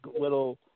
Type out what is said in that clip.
little